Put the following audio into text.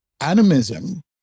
animism